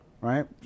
right